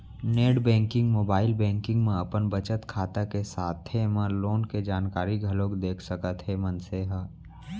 net banking, mobile banking म अपन बचत खाता के साथे म लोन के जानकारी घलोक देख सकत हे मनसे ह